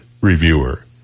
reviewer